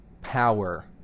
power